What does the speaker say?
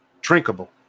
drinkable